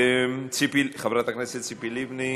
חברת הכנסת ציפי לבני,